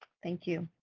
thank you.